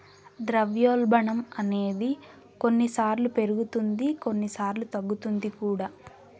ద్రవ్యోల్బణం అనేది కొన్నిసార్లు పెరుగుతుంది కొన్నిసార్లు తగ్గుతుంది కూడా